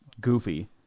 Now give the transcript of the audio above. goofy